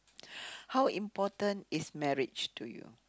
how important is marriage to you